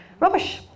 Rubbish